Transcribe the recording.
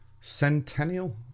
centennial